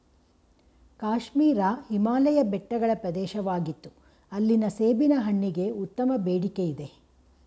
ಕಾಶ್ಮೀರ ಹಿಮಾಲಯ ಬೆಟ್ಟಗಳ ಪ್ರವೇಶವಾಗಿತ್ತು ಅಲ್ಲಿನ ಸೇಬಿನ ಹಣ್ಣಿಗೆ ಉತ್ತಮ ಬೇಡಿಕೆಯಿದೆ